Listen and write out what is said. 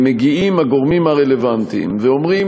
שמגיעים הגורמים הרלוונטיים ואומרים